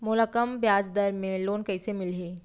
मोला कम ब्याजदर में लोन कइसे मिलही?